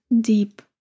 deep